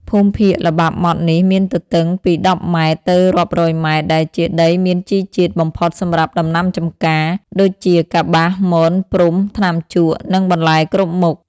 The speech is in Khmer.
ភូមិភាគល្បាប់ម៉ត់នេះមានទទឹងពី ១០ ម៉ែត្រ ទៅរាប់រយម៉ែត្រ ដែលជាដីមានជីជាតិបំផុតសម្រាប់ដំណាំចំការ ដូចជាកប្បាស មន ព្រំ ថ្នាំជក់ និងបន្លែគ្រប់មុខ។